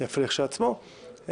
יפה לכשעצמו,